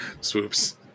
swoops